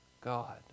God